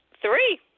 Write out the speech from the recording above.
three